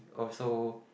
also